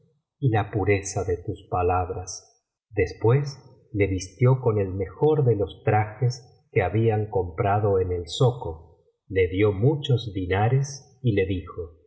y la pureza de tus palabras biblioteca valenciana generalitat valenciana las mil noches y una noche después le vistió con el mejor de los trajes que habían comprado en el zoco le dio muchos diñares y le dijo